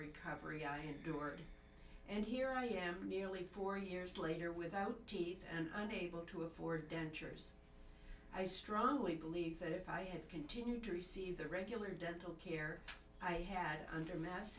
recovery i had gerd and here i am nearly four years later without teeth and unable to afford dentures i strongly believe that if i had continued to receive the regular dental care i had under mass